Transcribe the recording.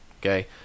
Okay